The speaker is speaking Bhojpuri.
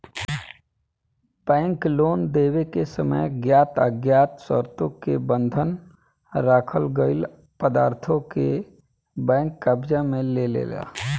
बैंक लोन देवे समय ज्ञात अज्ञात शर्तों मे बंधक राखल गईल पदार्थों के बैंक कब्जा में लेलेला